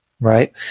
right